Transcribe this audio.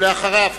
אחריו,